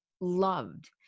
loved